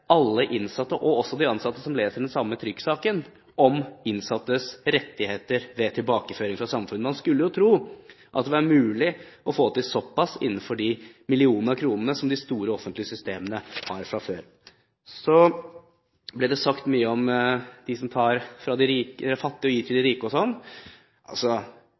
alle innsatte, og også de ansatte, som leser den samme trykksaken, om innsattes rettigheter ved tilbakeføring til samfunnet. Man skulle jo tro at det var mulig å få til så pass innenfor de millionene av kroner som de store offentlige systemene har fra før. Så ble det sagt mye om dem som tar fra de fattige og gir til de rike,